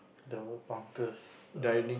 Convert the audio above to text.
the win punctures